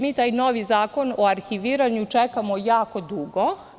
Mi taj novi zakon o arhiviranju čekamo jako dugo.